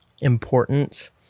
importance